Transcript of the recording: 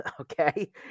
okay